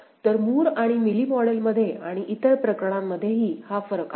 तर मूर आणि मिली मॉडेलमध्ये आणि इतर प्रकरणांमध्येही हा फरक आहे